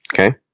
Okay